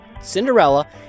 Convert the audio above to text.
Cinderella